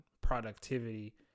productivity